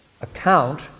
account